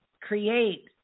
create